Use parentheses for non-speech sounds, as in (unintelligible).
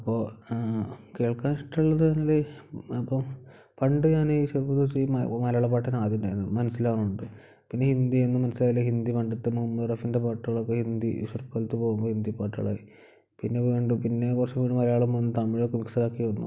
അപ്പോൾ കേൾക്കാൻ ഇഷ്ടമുള്ളത് പറഞ്ഞാൽ അപ്പം പണ്ട് ഞാൻ ഈ (unintelligible) മലയാളം പാട്ടാണ് ആദ്യം ഉണ്ടായിരുന്നത് മനസ്സിലാവുന്നുണ്ട് പിന്നെ ഹിന്ദി ഒന്നും മനസ്സിലായില്ല ഹിന്ദി പണ്ടത്തെ മുഹമ്മദ് റാഫിൻ്റെ പാട്ടുകളൊക്കെ ഹിന്ദി (unintelligible) പോകുമ്പോൾ ഹിന്ദി പാട്ടുകളെ പിന്നെ വീണ്ടും പിന്നെ കൊറച്ചു മലയാളമും തമിഴൊക്കെ മിക്സാക്കി വന്നു